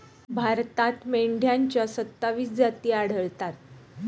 भारतात मेंढ्यांच्या सव्वीस जाती आढळतात